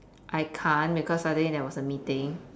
I can't because suddenly there was a meeting